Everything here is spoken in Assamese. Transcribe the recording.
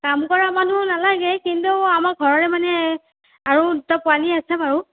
কাম কৰা মানুহ নালাগে কিন্তু আমাৰ ঘৰৰে মানে আৰু দুটা পোৱালি আছে বাৰু